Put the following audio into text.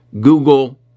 Google